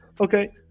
Okay